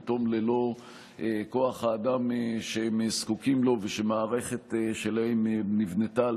פתאום ללא כוח האדם שהם זקוקים לו ושהמערכת שלהם נבנתה על